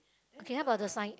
okay how about the sign